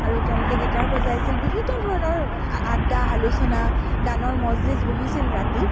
আৰু তেওঁলোকে গীটাৰ বজাইছিল বিভিন্ন ধৰণৰ আড্ডা আলোচনা গানৰ মজলিছ বহিছিল ৰাতি